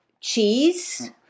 cheese